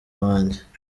wanjye